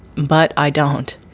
but i don't.